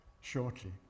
shortly